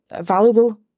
valuable